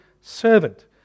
servant